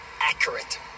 accurate